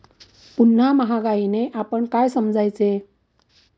पुन्हा महागाईने आपण काय समजायचे?